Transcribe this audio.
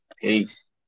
Peace